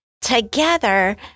together